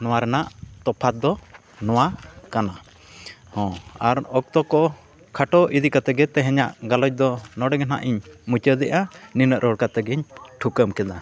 ᱱᱚᱣᱟ ᱨᱮᱱᱟᱜ ᱛᱚᱯᱷᱟᱛ ᱫᱚ ᱱᱚᱣᱟ ᱠᱟᱱᱟ ᱦᱚᱸ ᱟᱨ ᱚᱠᱛᱚ ᱠᱚ ᱠᱷᱟᱴᱳ ᱤᱫᱤ ᱠᱟᱛᱮᱫ ᱜᱮ ᱛᱮᱦᱮᱧᱟᱜ ᱜᱟᱞᱚᱪ ᱫᱚ ᱱᱚᱰᱮ ᱱᱟᱦᱟᱜ ᱤᱧ ᱢᱩᱪᱟᱹᱫᱮᱜᱼᱟ ᱱᱤᱱᱟᱹᱜ ᱨᱚᱲ ᱠᱟᱛᱮ ᱜᱮᱧ ᱛᱷᱩᱠᱟᱹᱢ ᱠᱮᱫᱟ